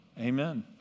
Amen